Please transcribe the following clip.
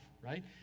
right